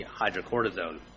hydrocortisone